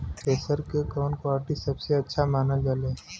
Thresher के कवन quality सबसे अच्छा मानल जाले?